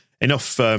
enough